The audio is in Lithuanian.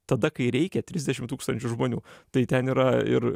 tada kai reikia trisdešim tūkstančių žmonių tai ten yra ir